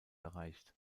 erreicht